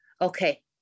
okay